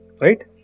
right